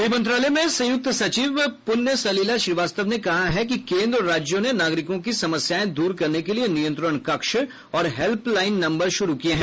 गृह मंत्रालय में संयुक्त सचिव पुण्य सलिला श्रीवास्तव ने कहा है कि केंद्र और राज्यों ने नागरिकों की समस्याएं दूर करने के लिए नियंत्रण कक्ष और हैल्पलाइन नंबर शुरू किए हैं